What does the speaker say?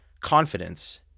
confidence